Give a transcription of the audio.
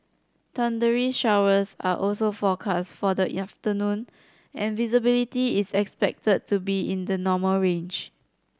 thundery showers are also forecast for the afternoon and visibility is expected to be in the normal range